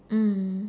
mm